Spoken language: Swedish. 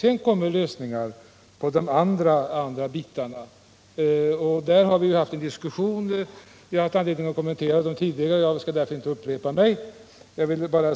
I de andra reservationerna föreslås sedan lösningar. Om dessa har vi redan haft en diskussion, och jag skall nu inte upprepa mina kommentarer.